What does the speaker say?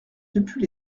depuis